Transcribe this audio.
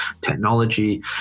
technology